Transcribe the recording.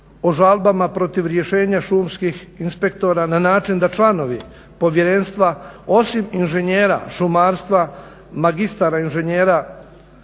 o žalbama protiv rješenja šumskih inspektora na način da članovi povjerenstva osim inženjera šumarstva, magistara inženjera